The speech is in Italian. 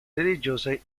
religiose